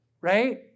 Right